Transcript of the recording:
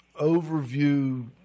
overview